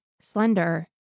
slender